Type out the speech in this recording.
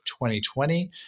2020